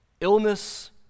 Illness